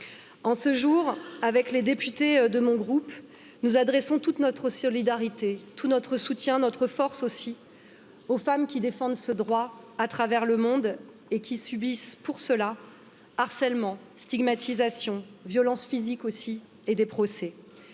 En ce jour, avec les députés de mon groupe, nous adressons toute notre solidarité, tout notre soutien, notre force aussi aux femmes qui défendent ce droit à travers le pour cela harcèlement, stigmatisation, violences physiques aussi et des procès.